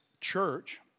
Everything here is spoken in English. church